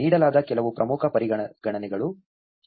ನೀಡಲಾದ ಕೆಲವು ಪ್ರಮುಖ ಪರಿಗಣನೆಗಳು ಇವು